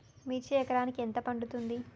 మిర్చి ఎకరానికి ఎంత పండుతది?